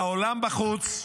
העולם בחוץ,